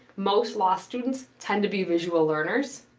most law students tend to be visual learners.